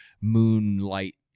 moonlight